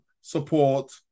support